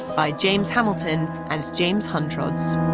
by james hamilton and james huntrods.